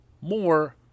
more